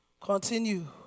continue